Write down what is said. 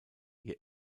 ihr